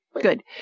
good